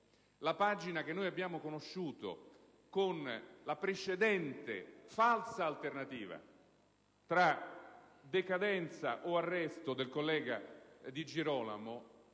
La pagina che abbiamo conosciuto con la precedente falsa alternativa posta tra decadenza o arresto del collega Di Girolamo